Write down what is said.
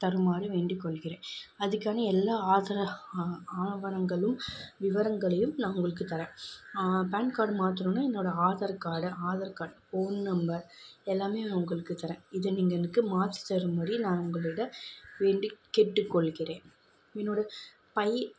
தருமாறு வேண்டிக்கொள்கிறேன் அதுக்கான எல்லா ஆதார ஆவணங்களும் விவரங்களையும் நான் உங்களுக்கு தரேன் பேன் கார்டு மாற்றணுன்னா என்னோட Aadhaar card Aadhaar card phone number எல்லாமே நான் உங்களுக்கு தரேன் இதை நீங்கள் எனக்கு மாற்றி தரும்படி நான் உங்களிடம் வேண்டி கேட்டுக்கொள்கிறேன் என்னோட பை